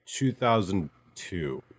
2002